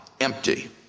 empty